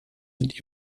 sind